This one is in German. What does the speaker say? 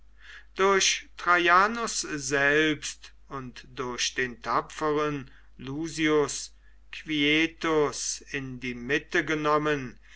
traianus selbst und durch den tapferen lusius quietus in die mitte genommen